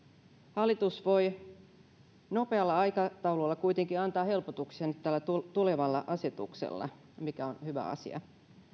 hallitus voi nopealla aikataululla kuitenkin antaa helpotuksen tällä tulevalla asetuksella mikä on hyvä asia